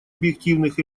объективных